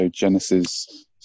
Genesis